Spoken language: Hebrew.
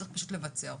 צריך פשוט לבצע אותן.